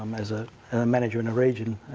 um as a manager in a region,